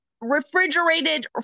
refrigerated